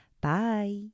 Bye